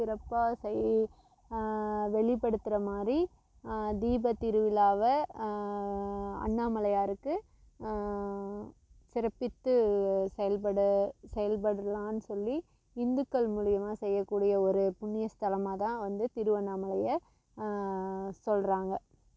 சிறப்பாக செய் வெளிப்படுத்துகிற மாதிரி தீபத்திருவிழாவை அண்ணாமலையாருக்கு சிறப்பித்து செயல்படு செயல்படலாம் சொல்லி இந்துக்கள் மூலயமா செய்யக்கூடிய ஒரு புண்ணியஸ்தலமாகதான் வந்து திருவண்ணாமலையை சொல்கிறாங்க